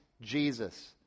Jesus